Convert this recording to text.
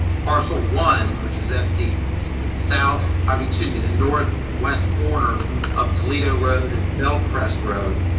parcel one, which is that the south of, excuse me, the north west corner of toledo road, and bellcrest road.